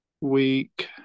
week